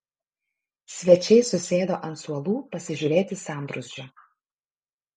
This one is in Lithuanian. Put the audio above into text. svečiai susėdo ant suolų pasižiūrėti sambrūzdžio